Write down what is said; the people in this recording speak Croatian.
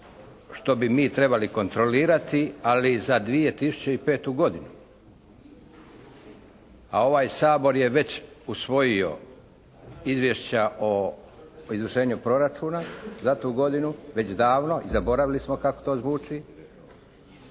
što bi mi trebali kontrolirati, ali za 2005. godinu, a ovaj Sabor je već usvojio izvješća o izvršenju proračuna za tu godinu već davno i zaboravili smo kako to zvuči